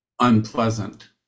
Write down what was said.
unpleasant